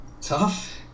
tough